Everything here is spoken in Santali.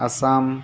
ᱟᱥᱟᱢ